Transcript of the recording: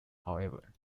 however